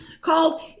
called